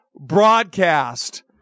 broadcast